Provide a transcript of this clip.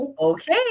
Okay